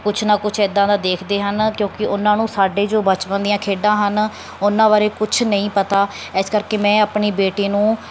ਕੁਛ ਨਾ ਕੁਛ ਇੱਦਾਂ ਦਾ ਦੇਖਦੇ ਹਨ ਕਿਉਂਕਿ ਉਹਨਾਂ ਨੂੰ ਸਾਡੇ ਜੋ ਬਚਪਨ ਦੀਆਂ ਖੇਡਾਂ ਹਨ ਉਹਨਾਂ ਬਾਰੇ ਕੁਛ ਨਹੀਂ ਪਤਾ ਇਸ ਕਰਕੇ ਮੈਂ ਆਪਣੀ ਬੇਟੀ ਨੂੰ